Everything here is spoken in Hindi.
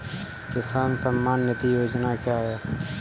किसान सम्मान निधि योजना क्या है?